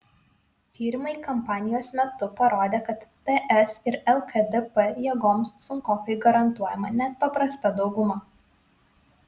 tyrimai kampanijos metu parodė kad ts ir lkdp jėgomis sunkokai garantuojama net paprasta dauguma